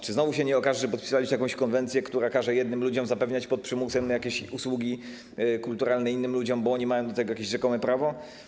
Czy znowu się nie okaże, że podpisaliśmy jakąś konwencję, która karze jednym ludziom zapewniać pod przymusem jakieś usługi kulturalne innym ludziom, bo oni mają do tego jakieś rzekome prawo?